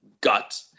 gut